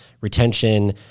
retention